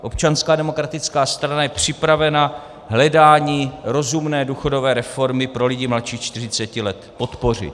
Občanská demokratická strana je připravena hledání rozumné důchodové reformy pro lidi mladší čtyřiceti let podpořit.